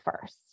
first